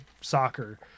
soccer